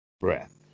breath